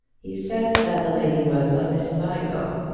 he says that the lady was a miss vigo.